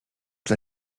dla